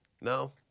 No